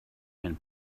and